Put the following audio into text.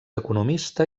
economista